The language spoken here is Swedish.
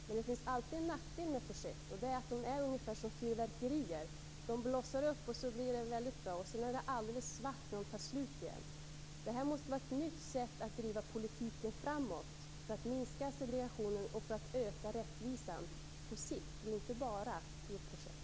Men det finns alltid en nackdel med projekt, och det är att de är ungefär som fyrverkerier: de blossar upp och sedan blir de väldigt bra, men när de tar slut blir det alldeles svart. Det måste till ett nytt sätt att driva politiken framåt för att minska segregationen och för att öka rättvisan på sikt, och inte bara genom ett projekt.